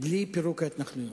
בלי פירוק ההתנחלויות.